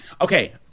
Okay